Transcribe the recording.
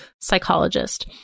psychologist